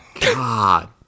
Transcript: God